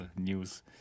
news